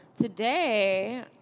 today